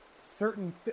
certain